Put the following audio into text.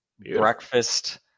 breakfast